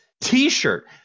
t-shirt